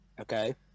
okay